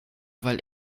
weil